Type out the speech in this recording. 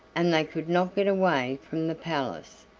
and they could not get away from the palace,